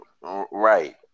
right